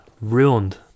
ruined